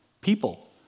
People